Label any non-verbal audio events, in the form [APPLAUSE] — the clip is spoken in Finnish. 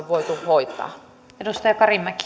[UNINTELLIGIBLE] voitu hoitaa